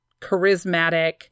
charismatic